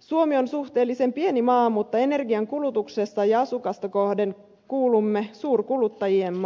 suomi on suhteellisen pieni maa mutta energian kulutuksessa asukasta kohden kuulumme suurkuluttajiin